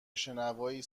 شنوایی